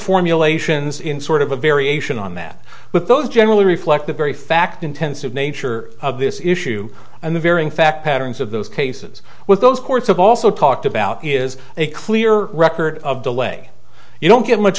formulations in sort of a variation on that with those generally reflect the very fact intensive nature of this issue and the varying fact patterns of those cases with those courts have also talked about is a clear record of delay you don't get much